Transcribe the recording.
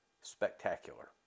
spectacular